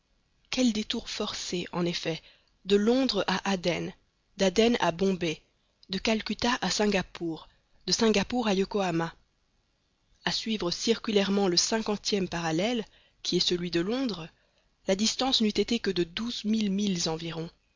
quels détours forcés en effet de londres à aden d'aden à bombay de calcutta à singapore de singapore à yokohama a suivre circulairement le cinquantième parallèle qui est celui de londres la distance n'eût été que de douze mille milles environ